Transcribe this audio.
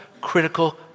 critical